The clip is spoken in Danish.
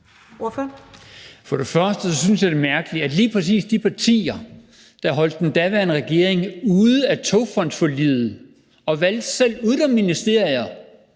(V): Først synes jeg, det er mærkeligt, at lige præcis de partier, der holdt den daværende regering ude af Togfonden DK-forliget, og som selv uden om ministerier